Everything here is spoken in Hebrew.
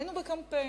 היינו בקמפיין,